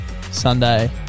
Sunday